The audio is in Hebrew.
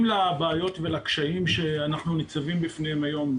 לבעיות ולקשיים שאנחנו ניצבים בפניהם היום.